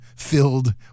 Filled